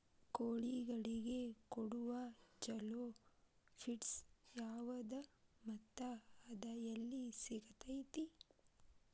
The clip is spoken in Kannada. ಕೋಳಿಗಳಿಗೆ ಕೊಡುವ ಛಲೋ ಪಿಡ್ಸ್ ಯಾವದ ಮತ್ತ ಅದ ಎಲ್ಲಿ ಸಿಗತೇತಿ?